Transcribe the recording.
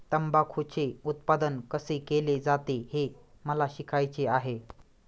तंबाखूचे उत्पादन कसे केले जाते हे मला शिकायचे आहे